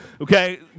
okay